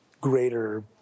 greater